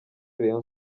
rayon